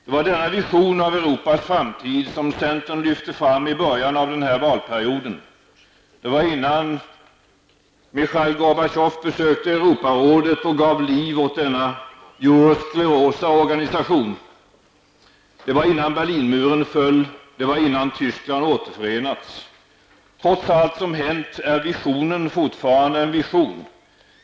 Det var denna vision av Europas framtid som centern lyfte fram i början av den här valperioden, det var innan Michail Gorbatjov besökte Europarådet och gav liv åt denna eurosklerosa organisation, det var innan Berlinmuren föll, det var innan Tyskland återförenats. Trots allt som hänt är visionen fortfarande en vision.